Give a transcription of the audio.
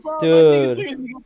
Dude